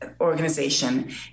organization